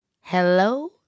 hello